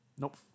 Nope